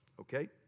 Okay